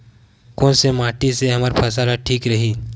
कोन से माटी से हमर फसल ह ठीक रही?